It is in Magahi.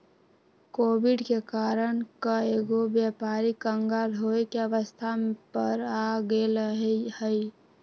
कोविड के कारण कएगो व्यापारी क़ँगाल होये के अवस्था पर आ गेल हइ